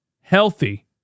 healthy